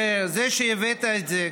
וזה שהבאת את זה,